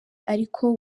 ariko